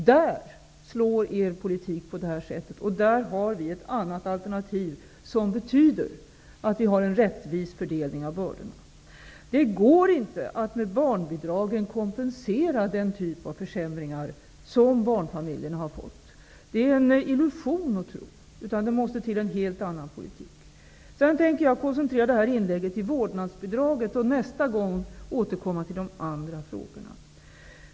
Där slår er politik på detta sätt. Vi har ett annat alternativ med en rättvis fördelning av bördorna. Det går inte att med barnbidragen kompensera den typ av försämringar som barnfamiljerna har fått. Det är en illusion att tro detta. Det måste till en helt annan politik. Jag tänker koncentrera mitt inlägg på vårdnadsbidraget och i nästa inlägg återkomma till de andra frågorna.